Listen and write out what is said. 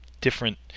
different